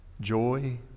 joy